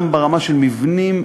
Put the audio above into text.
גם ברמה של מבנים,